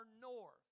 north